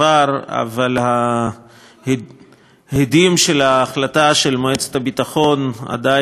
אבל ההדים של ההחלטה של מועצת הביטחון עדיין מהדהדים,